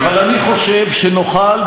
כפי שצריך להיות,